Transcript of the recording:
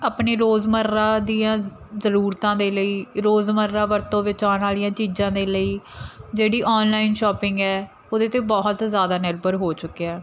ਆਪਣੇ ਰੋਜ਼ਮੱਰਾ ਦੀਆਂ ਜ਼ਰੂਰਤਾਂ ਦੇ ਲਈ ਰੋਜ਼ਮੱਰਾ ਵਰਤੋਂ ਵਿੱਚ ਆਉਣ ਵਾਲੀਆਂ ਚੀਜ਼ਾਂ ਦੇ ਲਈ ਜਿਹੜੀ ਔਨਲਾਈਨ ਸ਼ਾਪਿੰਗ ਹੈ ਉਹਦੇ 'ਤੇ ਬਹੁਤ ਜ਼ਿਆਦਾ ਨਿਰਭਰ ਹੋ ਚੁੱਕਿਆ